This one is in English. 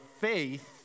faith